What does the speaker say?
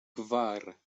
kvar